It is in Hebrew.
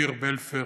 ניר בלפר,